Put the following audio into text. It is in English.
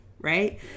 right